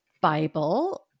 Bible